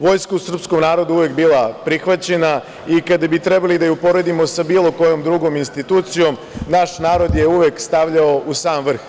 Vojska je u srpskom narodu uvek bila prihvaćena i kada bi trebali da je uporedimo sa bilo kojom drugom institucijom, naš narod je uvek stavljao u sam vrh.